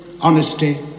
honesty